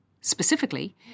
specifically